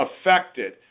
affected